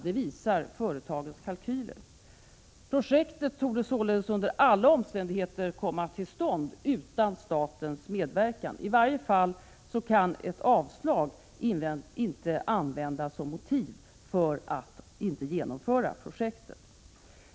Det visar företagens kalkyler. Projektet torde alltså under alla förhållanden komma till stånd utan statens medverkan. I varje fall kan ett avslag inte användas som motiv för att inte genomföra projektet.